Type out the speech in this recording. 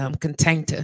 container